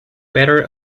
better